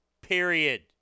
period